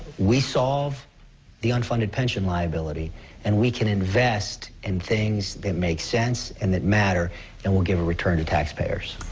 we solve the unfunded pension liability and we can invest in things that make sense and that matter and weel will give a return to tax payers.